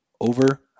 over